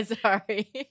Sorry